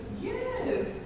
Yes